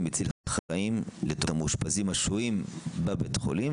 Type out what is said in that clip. מציל חיים הן לטובת המאושפזים השוהים בבתי החולים